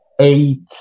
eight